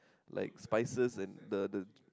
like spices and the the